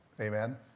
Amen